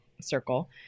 circle